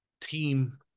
team